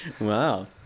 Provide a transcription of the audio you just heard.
Wow